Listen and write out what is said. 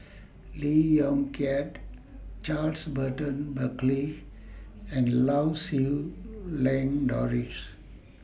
Lee Yong Kiat Charles Burton Buckley and Lau Siew Lang Doris